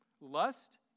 Lust